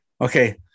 Okay